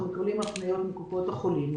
אנחנו מקבלים הפניות מקופות החולים,